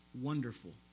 wonderful